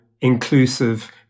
inclusive